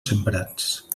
sembrats